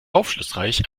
aufschlussreich